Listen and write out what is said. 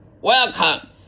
welcome